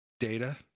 data